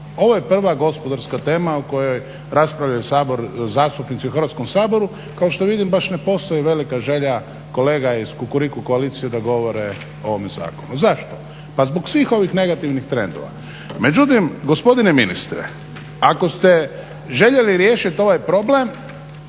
Ovo je prva gospodarska tema o kojoj raspravljaju zastupnici u Hrvatskom saboru. Kao što vidim baš ne postoji velika želja kolega iz Kukuriku koalicije da govore o ovom zakonu. Zašto, pa zbog svih ovih negativnih trendova. Međutim gospodine ministre, ako ste željeli riješiti ovaj problem,